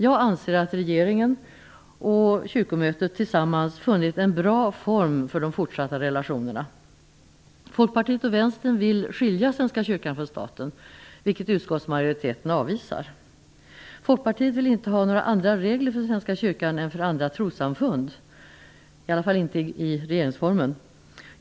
Jag anser att regeringen och kyrkomötet tillsammans funnit en bra form för de fortsatta relationerna. Folkpartiet och Vänstern vill skilja Svenska kyrkan från staten, vilket utskottsmajoriteten avvisar. Folkpartiet vill inte ha några andra regler för Svenska kyrkan än för andra trossamfund, i varje fall inte i regeringsformen.